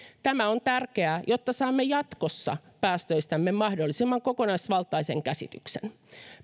tämä on tärkeää jotta saamme jatkossa päästöistämme mahdollisimman kokonaisvaltaisen käsityksen